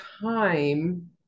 time